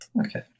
Okay